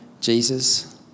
Jesus